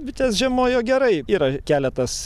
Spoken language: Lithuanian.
bitės žiemojo gerai yra keletas